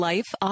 Life